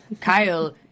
Kyle